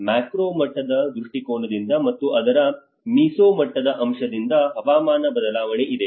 macro ಮಟ್ಟದ ದೃಷ್ಟಿಕೋನದಿಂದ ಮತ್ತು ಅದರ ಮೆಸೊ ಮಟ್ಟದ ಅಂಶದಿಂದ ಹವಾಮಾನ ಬದಲಾವಣೆ ಇದೆ